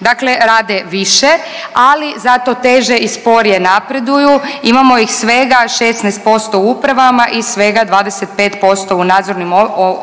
Dakle, rade više ali zato teže i sporije napreduju. Imamo ih svega 16% u upravama i svega 25% u nadzornim